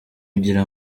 ugira